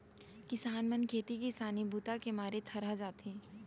किसान मन खेती किसानी बूता के मारे थरहा जाथे